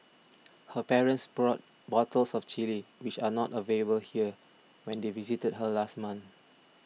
her parents brought bottles of the Chilli which are not available here when they visited her last month